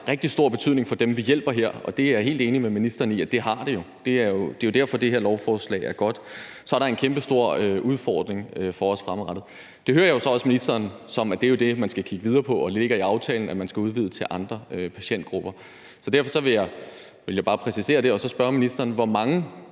rigtig stor betydning for dem, vi hjælper her – og det er jeg helt enig med ministeren i at det jo har; det er jo derfor, at det her lovforslag er godt – så er der en kæmpestor udfordring for os fremadrettet. Jeg hører også ministeren sådan, at det jo er det, man skal kigge videre på, og som ligger i aftalen, altså at man skal udvide det til andre patientgrupper. Så derfor ville jeg bare præcisere det, og så vil jeg spørge ministeren: Hvor mange